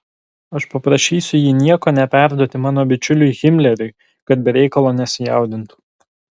aš paprašysiu jį nieko neperduoti mano bičiuliui himleriui kad be reikalo nesijaudintų